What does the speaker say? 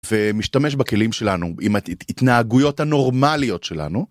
ומשתמש בכלים שלנו עם התנהגויות הנורמליות שלנו.